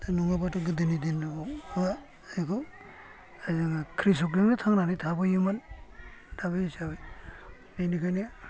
दा नङाबाथ' गोदोनि दिनाव जोङो बा बेखौ जोङो खृसकजोंनो थांनानै थाबोयोमोन दा बि हिसाबै बिनिखायनो